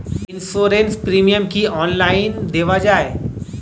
Insurance premium কি online দেওয়া যায়?